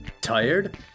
Tired